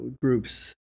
groups